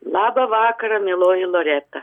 labą vakarą mieloji loreta